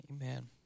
Amen